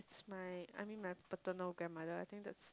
my I mean my paternal grandmother I think that's